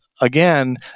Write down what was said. again